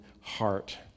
heart